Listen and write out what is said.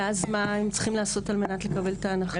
ואז מה הם צריכים לעשות על מנת לקבל את ההנחה?